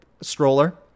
stroller